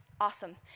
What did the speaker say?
Awesome